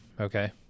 Okay